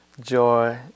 joy